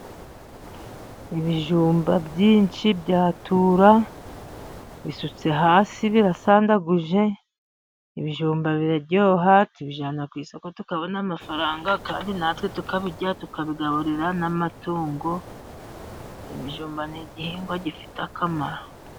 Ibijumba byinshi bya Tura bisutse hasi birasandaguje. Ibijumba biraryoha tubijyana ku isoko tukabona amafaranga, kandi na twe tukabirya tukabigaburira n'amatungo, ibijumba ni igihingwa gifite akamaro.